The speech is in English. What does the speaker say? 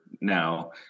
now